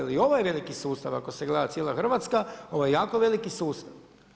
I ovo je veliki sustav, ako se gleda cijela Hrvatska ovo je jako veliki sustav.